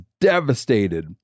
devastated